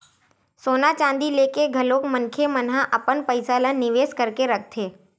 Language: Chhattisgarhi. सोना चांदी लेके घलो मनखे मन ह अपन पइसा ल निवेस करके रखथे